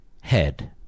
head